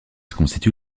constitue